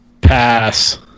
Pass